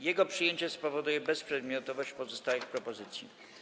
Jego przyjęcie spowoduje bezprzedmiotowość pozostałych propozycji.